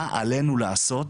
מה עלינו לעשות